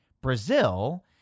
Brazil